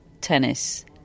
tennis